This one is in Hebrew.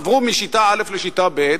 עברו משיטה א' לשיטה ב',